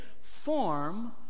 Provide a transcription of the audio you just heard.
form